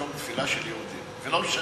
לא הורסים מקום תפילה של יהודים,